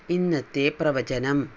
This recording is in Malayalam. ഇന്നത്തെ പ്രവചനം